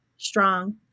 strong